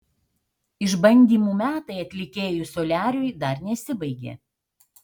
išbandymų metai atlikėjui soliariui dar nesibaigė